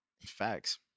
Facts